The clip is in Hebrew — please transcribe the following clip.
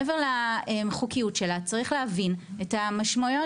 מעבר לחוקיות שלה צריך להבין את המשמעויות